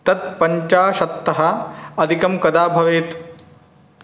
तत् पञ्चाशदधिकं कदा भवेत्